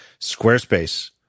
Squarespace